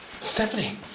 Stephanie